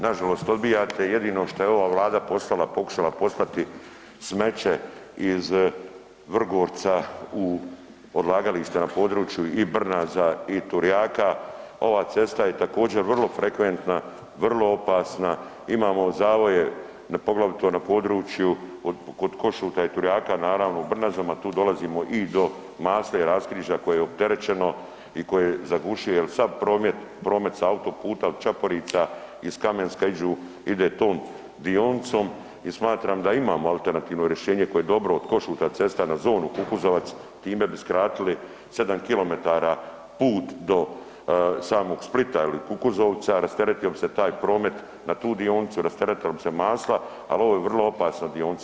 Nažalost odbijate, jedino što je ova Vlada poslala, pokušala poslati smeće iz Vrgorca u odlagalište na području i Brnaza i Turjaka, ova cesta je također vrlo frekventna, vrlo opasna, imamo zavoje, poglavito na području kod Košuta i Turjaka, naravno u Brnazama, tu dolazimo i do Masle i raskrižja koje je opterećeno i koje zagušuje jel sav promet sa autoputa od Čaporica iz Kamenska iđu, ide tom dionicom i smatram da imamo alternativno rješenje koje je dobro, od Košuta cesta na zonu Kukuzovac, time bi skratili 7 km put do samog Splita ili Kukozovca, rasteretio bi se taj promet na tu dionicu, rasteretilo bi se Masla, al ovo je vrlo opasna dionica.